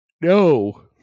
No